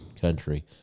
country